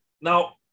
now